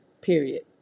Period